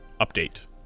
Update